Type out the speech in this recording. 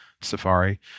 Safari